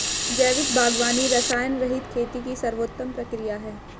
जैविक बागवानी रसायनरहित खेती की सर्वोत्तम प्रक्रिया है